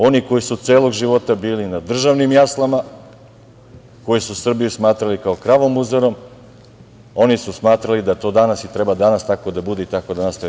Oni koji su celog života bili na državnim jaslama, koji su Srbiju smatrali kravom muzarom, oni su smatrali da to danas, i treba i danas tako da bude i tako da nastave.